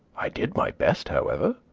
i did my best, however,